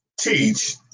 teach